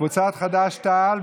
קבוצת חד"ש-תע"ל,